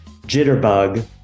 Jitterbug